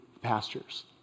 pastures